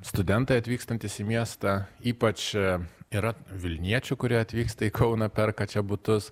studentai atvykstantys į miestą ypač yra vilniečių kurie atvyksta į kauną perka čia butus